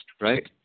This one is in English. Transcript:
right